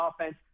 offense